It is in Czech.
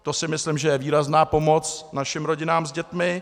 To si myslím, že je výrazná pomoc našim rodinám s dětmi.